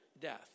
death